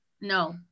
No